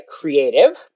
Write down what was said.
creative